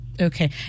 Okay